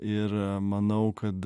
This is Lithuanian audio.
ir manau kad